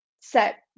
set